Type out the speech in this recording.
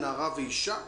נערה ואישה,